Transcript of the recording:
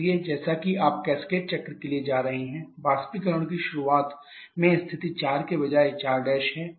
इसलिए जैसा कि आप कैस्केड चक्र के लिए जा रहे हैं वाष्पीकरण की शुरुआत में स्थिति 4 के बजाय 4 है